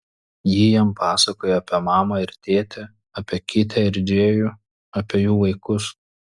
ji jam pasakoja apie mamą ir tėtį apie kitę ir džėjų apie jų vaikus